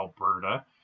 Alberta